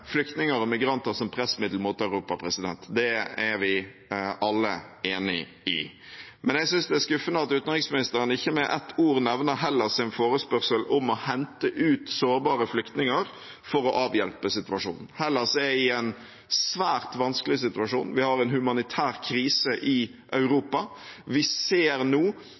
flyktninger og migranter som pressmiddel mot Europa. Det er vi alle enig i. Men jeg synes det er skuffende at utenriksministeren ikke med ett ord nevner Hellas’ forespørsel om å hente ut sårbare flyktninger for å avhjelpe situasjonen. Hellas er i en svært vanskelig situasjon. Vi har en humanitær krise i Europa. Vi ser nå